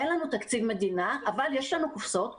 אין לנו תקציב מדינה, אבל יש לנו קופסאות קורונה.